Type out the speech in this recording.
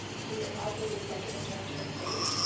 he is also the executive director of save.